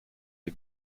les